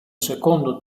secondo